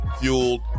fueled